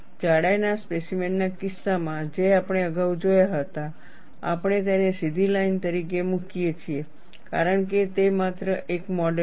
જાડાઈના સ્પેસીમેન ના કિસ્સામાં જે આપણે અગાઉ જોયા હતા આપણે તેને સીધી લાઇન તરીકે મૂકીએ છીએ કારણ કે તે માત્ર એક મોડેલ છે